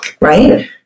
Right